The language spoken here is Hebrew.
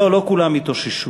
לא, לא כולם התאוששו,